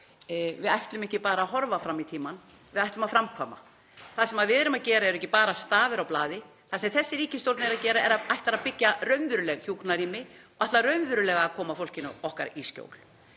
þá ætlum við ekki bara að horfa fram í tímann, við ætlum að framkvæma. Það sem við erum að gera eru ekki bara stafir á blaði, það sem þessi ríkisstjórn ætlar að gera er að byggja raunveruleg hjúkrunarrými, ætlar raunverulega að koma fólkinu okkar í skjól.